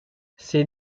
ces